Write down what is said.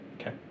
Okay